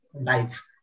life